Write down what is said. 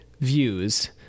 views